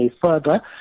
further